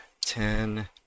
ten